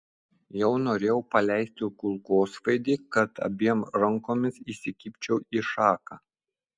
jau norėjau paleisti kulkosvaidį kad abiem rankomis įsikibčiau į šaką